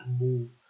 move